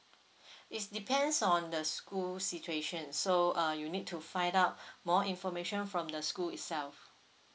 it's depends on the school situation so uh you need to find out more information from the school itself